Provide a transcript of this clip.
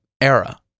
era